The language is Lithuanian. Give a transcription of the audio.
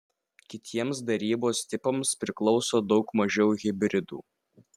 kitiems darybos tipams priklauso daug mažiau hibridų